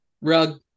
rug